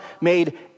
made